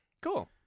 cool